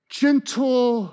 gentle